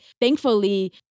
Thankfully